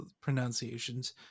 pronunciations